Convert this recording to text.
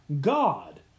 God